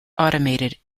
automated